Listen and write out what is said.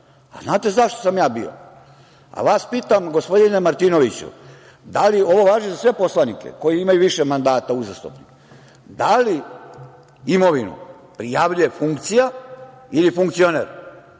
Znate zašto sam ja bio? Vas pitam, gospodine Martinoviću, da li ovo važi za sve poslanike koji imaju više mandata uzastopno, da li imovinu prijavljuje funkcija ili funkcioner?